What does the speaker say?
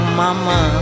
mama